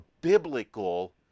biblical